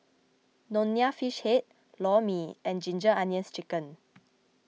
Nonya Fish Head Lor Mee and Ginger Onions Chicken